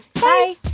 bye